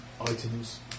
items